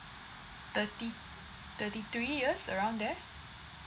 thirty thirty three years around there